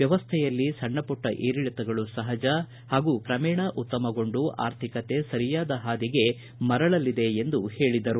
ವ್ಯವಸ್ಥೆಯಲ್ಲಿ ಸಣ್ಣಪುಟ್ಟ ಏರಿಳತಗಳು ಸಹಜ ಹಾಗೂ ಕ್ರಮೇಣ ಉತ್ತಮಗೊಂಡು ಆರ್ಥಿಕತೆ ಸರಿಯಾದ ಹಾದಿಗೆ ಮರಳಲಿದೆ ಎಂದು ಹೇಳಿದರು